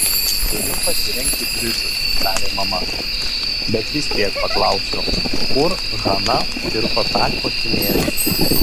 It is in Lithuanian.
turiu pasirengti bridžui tarė mama bet vis tiek paklausiu kur hana pirko tą kostiumėlį